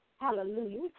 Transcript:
Hallelujah